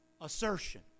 assertion